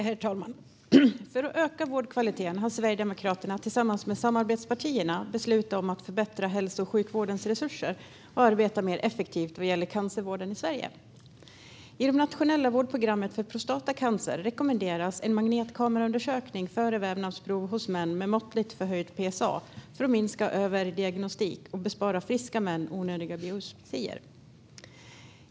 Herr talman! För att öka vårdkvaliteten har Sverigedemokraterna tillsammans med samarbetspartierna beslutat om att förbättra hälso och sjukvårdens resurser och att arbeta mer effektivt vad gäller cancervården i Sverige. I det nationella vårdprogrammet för prostatacancer rekommenderas en magnetkameraundersökning före vävnadsprov för män med måttligt förhöjd PSA för att minska överdiagnostik och bespara friska män onödiga biopsier.